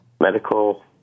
medical